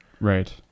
right